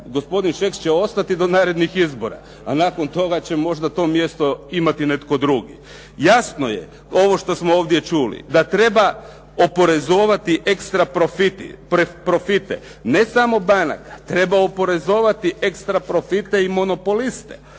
Gospodin Šeks će ostati do narednih izbora a nakon toga će možda to mjesto imati netko drugi. Jasno je ovo što smo ovdje čuli da treba oporezovati ekstra profite, ne samo banaka, treba oporezovati ekstra profite i monopoliste.